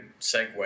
segue